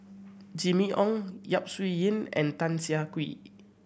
Jimmy Ong Yap Su Yin and Tan Siah Kwee